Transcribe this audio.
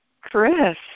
Chris